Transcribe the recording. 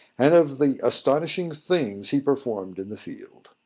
and of the astonishing things he performed in the field.